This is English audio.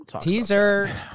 Teaser